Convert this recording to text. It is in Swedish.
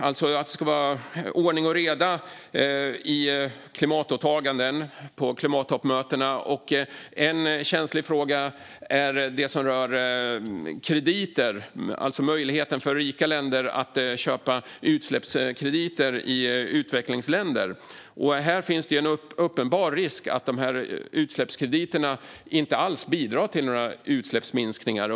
Det handlar alltså om ordning och reda i klimatåtaganden och på klimattoppmötena. En känslig fråga är den som rör krediter, alltså möjligheten för rika länder att köpa utsläppskrediter i utvecklingsländer. Här finns en uppenbar risk för att utsläppskrediterna inte alls bidrar till några utsläppsminskningar.